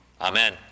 Amen